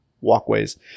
walkways